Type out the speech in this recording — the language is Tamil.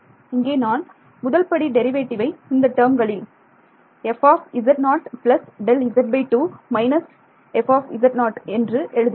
இங்கே நான் முதல்படி டெரிவேட்டிவ் ஐ இந்த டேர்ம்களில் fz0 Δz2 − f என்று எழுதுகிறேன்